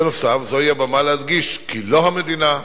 בנוסף, זוהי הבמה להדגיש כי לא המדינה,